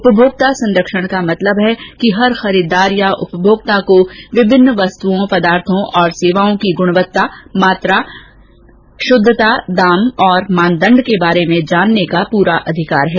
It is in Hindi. उपभोक्ता संरक्षण का मतलब है कि हर खरीददार या उपभोक्ता को विभिन्न वस्तुओं पदार्थो और सेवाओं की गुणवत्ता मात्रा शुद्धता दाम और मानदंड के बारे में जानने का पूरा अधिकार है